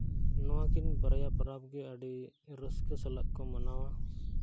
ᱱᱚᱣᱟ ᱠᱤᱱ ᱵᱟᱨᱭᱟ ᱯᱚᱨᱚᱵᱽ ᱜᱮ ᱟᱹᱰᱤ ᱨᱟᱹᱥᱠᱟᱹ ᱥᱟᱞᱟᱜ ᱠᱚ ᱢᱟᱱᱟᱣᱟ